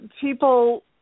people –